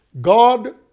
God